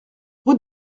rue